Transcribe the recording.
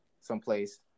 someplace